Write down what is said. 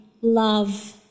love